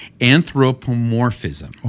anthropomorphism